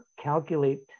calculate